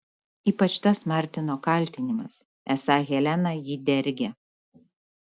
ypač tas martino kaltinimas esą helena jį dergia